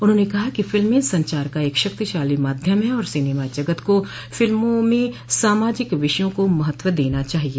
उन्होंने कहा कि फिल्में संचार का एक शक्तिशाली माध्यम है और सिनेमा जगत को फिल्मों में सामाजिक विषयों को महत्व देना चाहिए